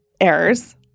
errors